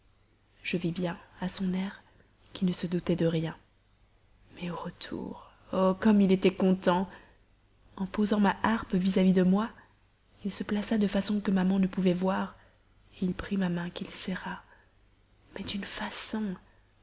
je vis bien à son air qu'il ne se doutait de rien mais au retour oh comme il était content en posant ma harpe vis-à-vis de moi il se plaça de façon que maman ne pouvait voir il prit ma main qu'il serra mais d'une façon